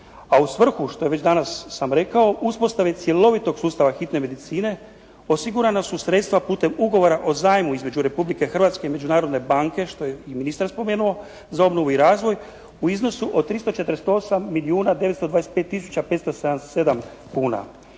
a u svrhu što sam već danas rekao, uspostave cjelovitog sustava hitne medicine osigurana su sredstva putem ugovora o zajmu između Republike Hrvatske i Međunarodne banke za obnovu i razvoj, što je i ministar spomenuo, u iznosu od 348 milijuna 925 tisuća